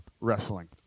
wrestling